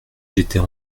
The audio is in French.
j’étais